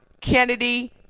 Kennedy